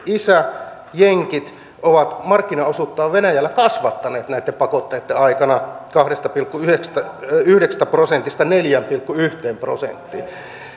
isä jenkit ovat markkinaosuutta venäjällä kasvattaneet näitten pakotteitten aikana kahdesta pilkku yhdeksästä yhdeksästä prosentista neljään pilkku yhteen prosenttiin